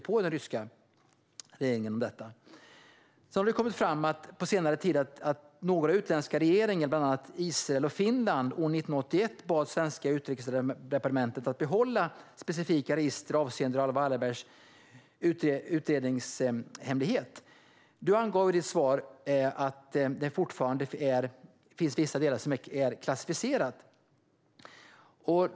På senare tid har det framkommit att några utländska regeringar, bland annat i Israel och i Finland, år 1981 bad svenska Utrikesdepartementet att behålla specifika register avseende Raoul Wallenbergs utredningshemlighet. I ditt svar angav du att det fortfarande finns vissa delar som är hemligstämplade.